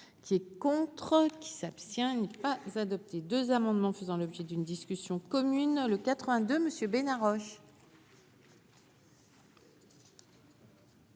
qui est contre qui s'abstient ne pas adopté 2 amendements faisant l'objet d'une discussion commune le 82 monsieur Bena Roche.